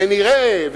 ונראה,